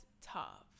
tough